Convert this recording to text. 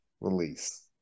release